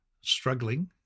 struggling